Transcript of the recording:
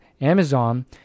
Amazon